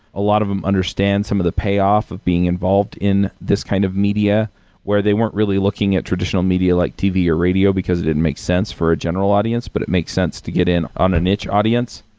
a lot of them understand some of the payoff of being involved in this kind of media where they weren't really looking at traditional media like tv or radio, because it didn't make sense for a general audience, but it makes sense to get in on a niche audience.